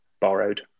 borrowed